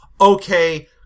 Okay